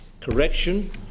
correction